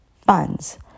funds